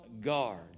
guard